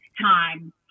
time